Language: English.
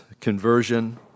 conversion